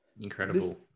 Incredible